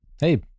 hey